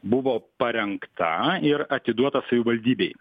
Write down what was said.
buvo parengta ir atiduota savivaldybei